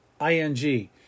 ING